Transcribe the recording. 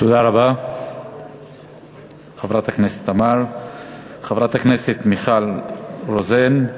חברת הכנסת מיכל רוזין,